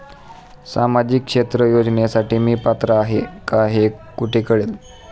सामाजिक क्षेत्र योजनेसाठी मी पात्र आहे का हे कुठे कळेल?